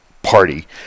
Party